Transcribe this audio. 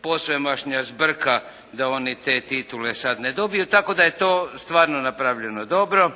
posvemašnja zbrka da oni te titule sad ne dobiju, tako da je to stvarno napravljeno dobro.